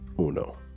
UNO